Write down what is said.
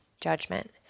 judgment